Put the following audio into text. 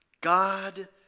God